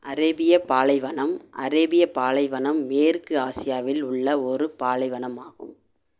அரேபியப் பாலைவனம் அரேபியப் பாலைவனம் மேற்கு ஆசியாவில் உள்ள ஒரு பாலைவனமாகும்